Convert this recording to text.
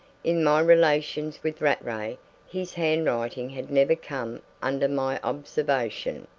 in my relations with rattray his handwriting had never come under my observation.